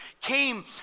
came